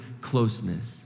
closeness